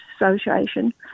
association